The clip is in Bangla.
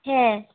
হ্যাঁ